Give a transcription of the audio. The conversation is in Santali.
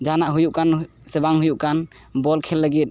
ᱡᱟᱦᱟᱱᱟᱜ ᱦᱩᱭᱩᱜ ᱠᱟᱱ ᱥᱮ ᱵᱟᱝ ᱦᱩᱭᱩᱜ ᱠᱟᱱ ᱵᱚᱞ ᱠᱷᱮᱞ ᱞᱟᱹᱜᱤᱫ